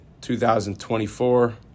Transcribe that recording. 2024